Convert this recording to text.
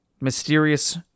Mysterious